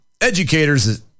educators